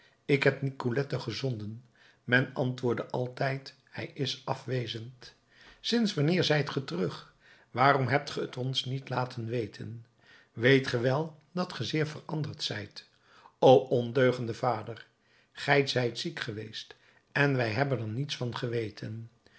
ik heb nicolette gezonden men antwoordde altijd hij is afwezend sinds wanneer zijt ge terug waarom hebt ge t ons niet laten weten weet ge wel dat ge zeer veranderd zijt o ondeugende vader gij zijt ziek geweest en wij hebben er niets van geweten